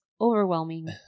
overwhelming